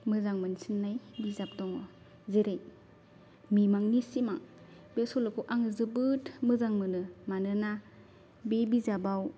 मोजां मोनसिननाय बिजाब दं जेरै मिमांनि सिमां बे सल'खौ आङो जोबोद मोजां मोनो मानोना बे बिजाबाव